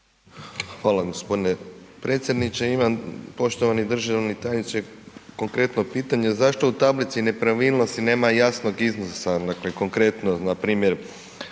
Hvala gospodine predsjedniče. Imam, poštovani državni tajniče, konkretno pitanje, zašto u tablici nepravilnosti nema jasno iznosa, dakle konkretno npr.